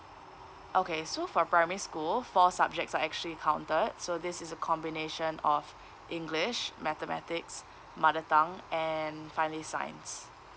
okay so for primary school four subjects are actually counted so this is a combination of english mathematics mother tongue and finally science